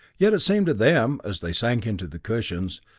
yet it seemed to them, as they sank into the cushions,